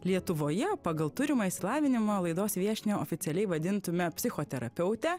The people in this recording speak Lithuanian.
lietuvoje pagal turimą išsilavinimą laidos viešnią oficialiai vadintume psichoterapeute